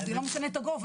זה לא משנה את הגובה,